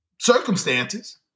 circumstances